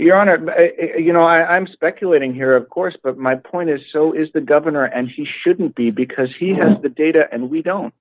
we're honored you know i'm speculating here of course but my point is so is the governor and he shouldn't be because he has the data and we don't